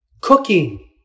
cooking